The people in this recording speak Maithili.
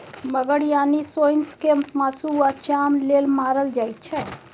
मगर यानी सोंइस केँ मासु आ चाम लेल मारल जाइ छै